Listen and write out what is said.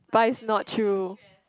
but it's not true